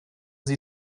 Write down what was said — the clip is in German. sie